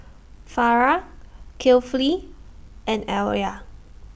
Farah Kefli and Alya